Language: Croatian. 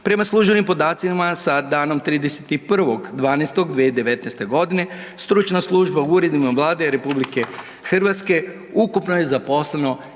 Prema službenim podacima sada nam 31. 12. 2019. godine stručna služba u uredima Vlade Republike Hrvatske ukupno je zaposleno